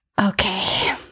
okay